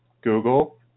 Google